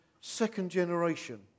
second-generation